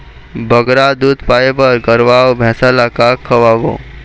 बगरा दूध पाए बर गरवा अऊ भैंसा ला का खवाबो?